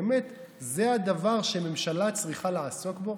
באמת זה הדבר שממשלה צריכה לעסוק בו?